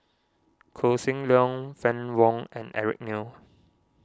Koh Seng Leong Fann Wong and Eric Neo